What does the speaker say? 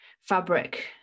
Fabric